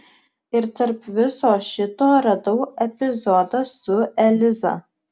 ir tarp viso šito radau epizodą su eliza